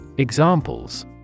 Examples